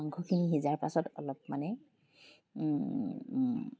মাংসখিনি সিজাৰ পাছত অলপ মানে